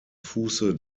fuße